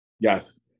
Yes